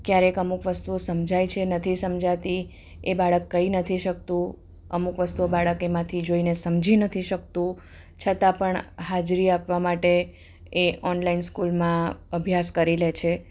ક્યારેક અમુક વસ્તુઓ સમજાય છે નથી સમજાતી એ બાળક કહી નથી શકતું અમુક વસ્તુઓ બાળક એમાંથી જોઈને સમજી નથી શકતું છતાં પણ હાજરી આપવા માટે એ ઓનલાઈન સ્કૂલમાં અભ્યાસ કરી લે છે